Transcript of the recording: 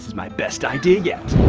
my best idea yet!